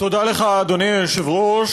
אדוני היושב-ראש,